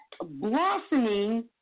blossoming